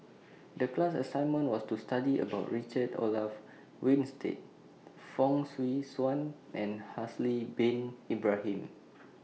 The class assignment was to study about Richard Olaf Winstedt Fong Swee Suan and Haslir Bin Ibrahim